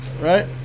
right